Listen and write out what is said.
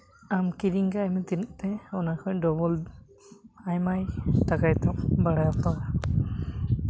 ᱟᱢ ᱠᱤᱨᱤᱧ ᱠᱟᱭᱢᱮ ᱛᱤᱱᱟᱹᱜ ᱛᱮ ᱚᱱᱟ ᱠᱷᱚᱱ ᱰᱚᱵᱚᱞ ᱟᱭᱢᱟᱭ ᱴᱟᱠᱟᱭ ᱛᱟᱢᱟ ᱵᱟᱲᱦᱟᱣ ᱛᱟᱢᱟ